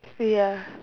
ya